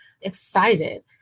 excited